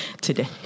today